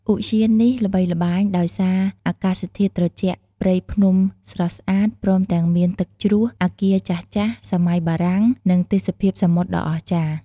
ឧទ្យាននេះល្បីល្បាញដោយសារអាកាសធាតុត្រជាក់ព្រៃភ្នំស្រស់ស្អាត ព្រមទាំងមានទឹកជ្រោះ អគារចាស់ៗសម័យបារាំង និងទេសភាពសមុទ្រដ៏អស្ចារ្យ។